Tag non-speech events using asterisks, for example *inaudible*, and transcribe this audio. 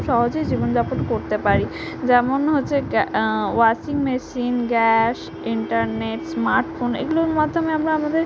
সহজেই জীবন যাপন করতে পারি যেমন হচ্ছে *unintelligible* washing machine gas internet smart phone এগুলোর মাধ্যমে আমরা আমাদের